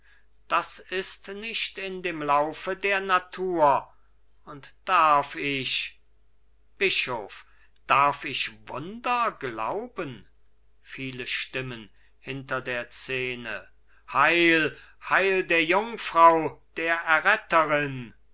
das ist nicht in dem laufe der natur und darf ich bischof darf ich wunder glauben viele stimmen hinter der szene heil heil der jungfrau der erretterin